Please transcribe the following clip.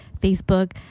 Facebook